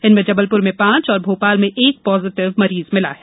इनमें जबलपुर में पांच तथा भोपाल में एक पाजिटिव मरीज मिला है